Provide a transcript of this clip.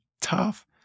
tough